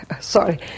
sorry